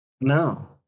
No